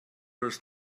was